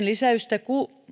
lisäystä